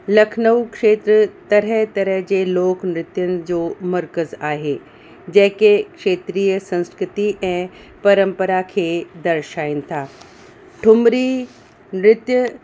लखनऊ खेत्र तरह तरह जे लोकनृत्यनि जो मर्कज़ आहे जेके खेत्रीय संस्कृति ऐं परंपरा खे दर्शाइनि था ठुमरी नृत्य